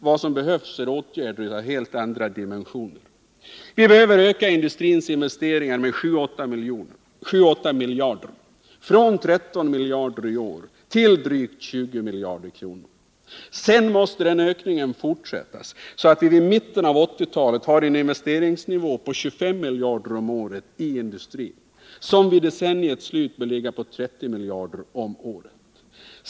Vad som behövs är åtgärder av helt andra dimensioner. Vi behöver öka industrins investeringar med 7-8 miljarder från 13 miljarder i år till drygt 20 miljarder. Sedan måste den ökningen fortsättas, så att vi vid mitten av 1980-talet har en investeringsnivå inom industrin på 25 miljarder om året, en nivå som vid decenniets slut bör ligga på 30 miljarder om året.